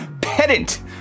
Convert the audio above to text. pedant